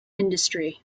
industry